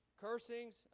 cursings